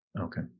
Okay